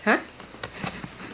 !huh!